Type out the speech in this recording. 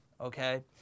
okay